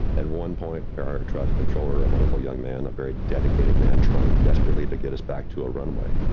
at one point, our traffic controller, a wonderful young man, a very dedicated man trying desperately to get us back to a runway,